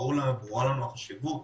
ברורה לנו החשיבות